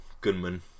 gunman